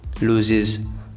loses